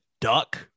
duck